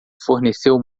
forneceu